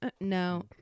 no